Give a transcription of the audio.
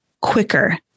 quicker